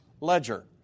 ledger